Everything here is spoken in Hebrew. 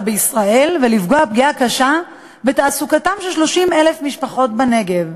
בישראל ולפגיעה קשה בתעסוקתן של 30,000 משפחות בנגב,